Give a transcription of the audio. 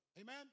Amen